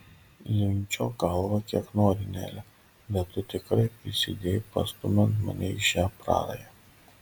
linkčiok galvą kiek nori nele bet tu tikrai prisidėjai pastumiant mane į šią prarają